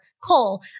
Cole